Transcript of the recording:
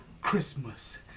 Christmas